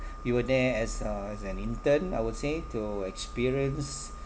you were there as uh as an intern I would say to experience